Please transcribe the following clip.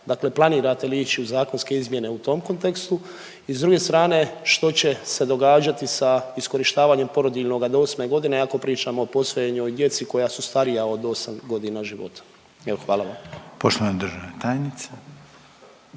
Dakle planirate li ići u zakonske izmjene u tom kontekstu? I s druge strane, što će se događati sa iskorištavanjem porodiljnoga do 8. godine ako pričamo o posvojenoj djeci koja su starija od 8 godina života? Evo, hvala vam.